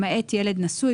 למעט ילד נשוי.